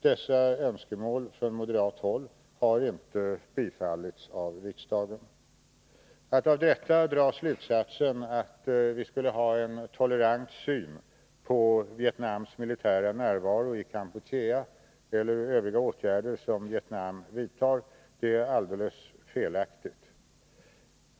Dessa önskemål från moderat håll har emellertid inte bifallits av riksdagen. Att av detta dra slutsatsen att vi skulle ha en tolerant syn på Vietnams militära närvaro i Kampuchea eller på övriga åtgärder som Vietnam vidtar är alldeles felaktigt.